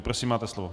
Prosím, máte slovo.